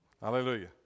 Hallelujah